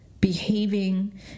behaving